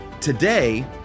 Today